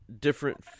different